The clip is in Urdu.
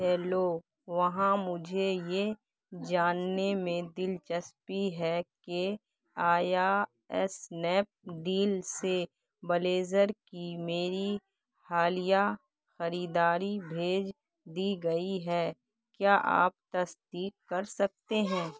ہیلو وہاں مجھے یہ جاننے میں دلچسپی ہے کہ آیا اسنیپڈیل سے بلیزر کی میری حالیہ خریداری بھیج دی گئی ہے کیا آپ تصدیق کر سکتے ہیں